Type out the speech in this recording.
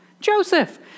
Joseph